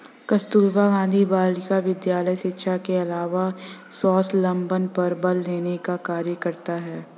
कस्तूरबा गाँधी बालिका विद्यालय शिक्षा के अलावा स्वावलम्बन पर बल देने का कार्य करता है